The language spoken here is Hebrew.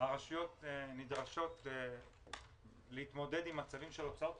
הרשויות נדרשות להתמודד עם הוצאת כספים,